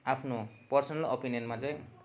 आफ्नो पर्सनल ओपिनियनमा चाहिँ